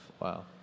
Wow